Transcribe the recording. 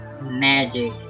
magic